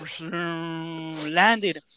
landed